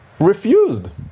refused